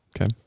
Okay